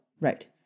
right